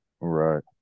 Right